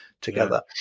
together